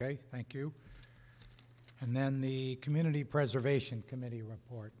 thank you and then the community preservation committee report